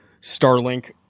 Starlink